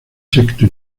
sexto